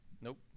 Nope